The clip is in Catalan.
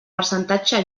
percentatge